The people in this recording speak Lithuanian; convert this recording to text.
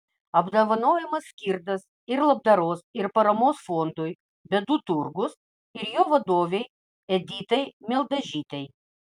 apdovanojimas skirtas ir labdaros ir paramos fondui bėdų turgus ir jo vadovei editai mildažytei